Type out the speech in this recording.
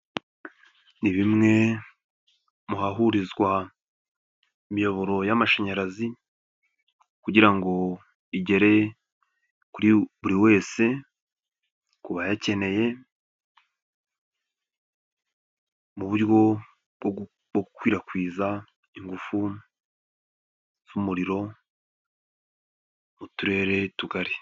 Ni bimwe mu hahurizwa imiyoboro y'amashanyarazi kugira ngo igere kuri buri wese ku bayakeneye, mu buryo bwo gukwirakwiza ingufu z'umuriro mu turere tugari.